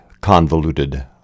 convoluted